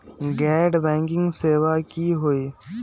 गैर बैंकिंग सेवा की होई?